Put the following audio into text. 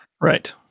Right